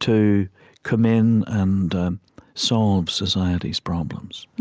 to come in and solve society's problems.